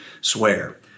swear